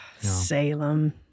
Salem